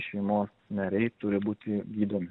šeimos nariai turi būti gydomi